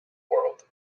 world